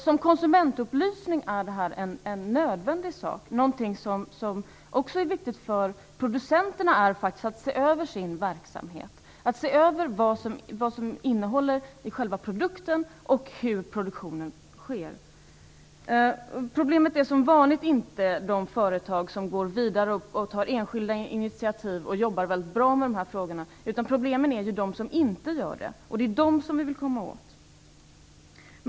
Som konsumentupplysning är detta en nödvändig sak. Någonting som är viktigt för producenterna är att se över sin verksamhet, att se över vad som är innehållet i själva produkten och hur produktionen sker. Problemet är, som vanligt, inte de företag som går vidare, tar enskilda initiativ och jobbar väldigt bra med de här frågorna, utan problemet är de som inte gör det. Det är dem som vi vill komma åt.